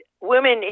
women